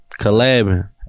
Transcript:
collabing